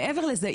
מעבר לזה,